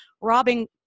robbing